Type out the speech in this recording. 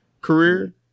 career